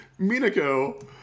Minako